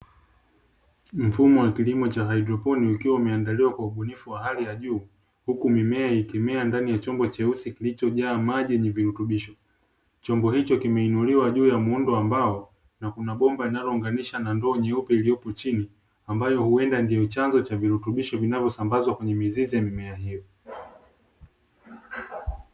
Mfumo wa kilimo cha haidroponi, ukiwa umeandaliwa kwa ubunifu wa hali ya juu, huku mimea ikimea ndani ya chombo cheusi kilichojaa maji yenye virutubisho. Chombo hicho kimeinuliwa juu ya muundo ambao na kuna bomba linalounganisha na ndoo nyeupe iliyopo chini, ambayo huenda ndio chanzo cha virutubisho vinavyosambazwa kwenye mizizi ya mimea hiyo.